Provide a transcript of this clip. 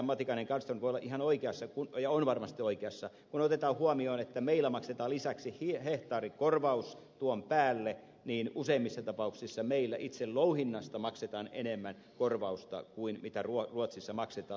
matikainen kallström voi olla ihan oikeassa ja on varmasti ihan oikeassa kun otetaan huomioon että meillä maksetaan lisäksi hehtaarikorvaus tuon päälle useimmissa tapauksissa itse louhinnasta maksetaan enemmän korvausta kuin ruotsissa maksetaan